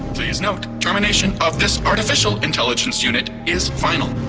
please note termination of this artificial intelligence unit is final.